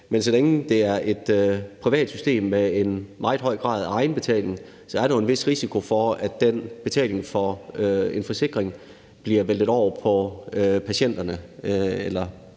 men så længe det er et privat system med en meget høj grad af egenbetaling, er der jo en vis risiko for, at den betaling for en forsikring bliver væltet over på dem, der